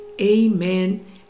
amen